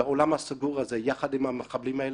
באולם הסגור הזה יחד עם המחבלים האלה,